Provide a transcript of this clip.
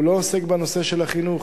הוא לא עוסק בנושא של החינוך.